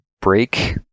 break